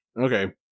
Okay